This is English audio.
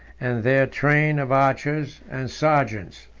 and their train of archers and sergeants.